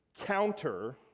counter